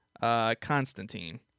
Constantine